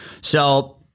So-